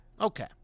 okay